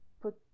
put